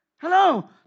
Hello